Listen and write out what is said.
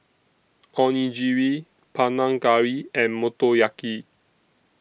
Onigiri Panang Curry and Motoyaki